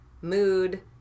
mood